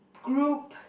group